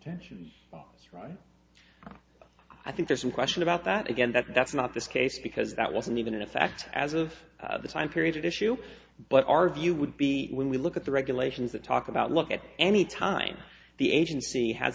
retention right i think there's some question about that again that that's not this case because that wasn't even a fact as of the time period issue but our view would be when we look at the regulations that talk about look at any time the agency has